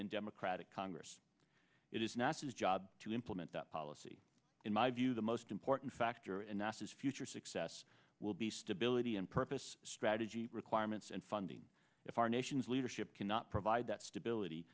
and democratic congress it is nasa's job to implement that policy in my view the most important factor and asked is future success will be stability and purpose strategy requirements and funding if our nation's leadership cannot provide that stability